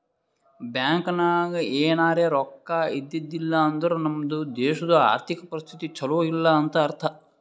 bank ನಾಗ್ ಎನಾರೇ ರೊಕ್ಕಾ ಇದ್ದಿದ್ದಿಲ್ಲ ಅಂದುರ್ ನಮ್ದು ದೇಶದು ಆರ್ಥಿಕ್ ಪರಿಸ್ಥಿತಿ ಛಲೋ ಇಲ್ಲ ಅಂತ ಅರ್ಥ